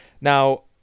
Now